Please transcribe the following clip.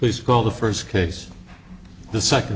he's called the first case the second